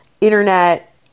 internet